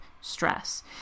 stress